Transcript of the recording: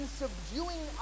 subduing